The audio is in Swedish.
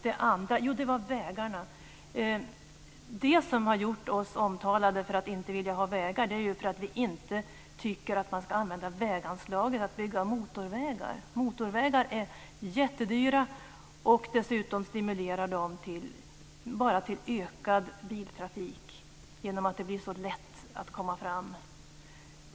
Det som har gjort oss omtalade för att inte vilja ha vägar är för att vi inte tycker att man ska använda väganslagen för att bygga motorvägar. Motorvägar är jättedyra och dessutom stimulerar de bara till ökad biltrafik genom att det går så lätt att komma fram.